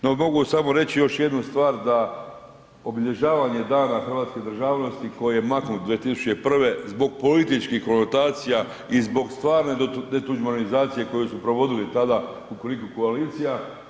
No mogu samo reći još jednu stvar da obilježavanje dana hrvatske državnosti koji je maknut 2001. zbog političkih konotacija i zbog stvarne detuđmanizacije koju su provodili tada kukuriku koalicija.